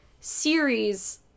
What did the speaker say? series